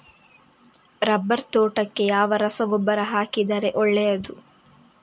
Rubber ತೋಟಕ್ಕೆ ಯಾವ ರಸಗೊಬ್ಬರ ಹಾಕಿದರೆ ಒಳ್ಳೆಯದು?